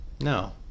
no